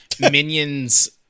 minions